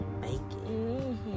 bacon